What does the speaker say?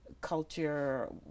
culture